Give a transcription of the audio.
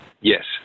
Yes